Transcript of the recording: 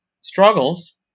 struggles